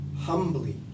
humbly